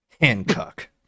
hancock